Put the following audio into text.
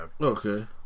Okay